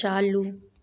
चालू